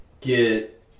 get